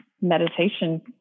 meditation